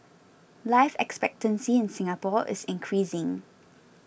life expectancy in Singapore is increasing